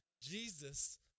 Jesus